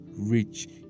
Rich